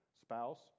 spouse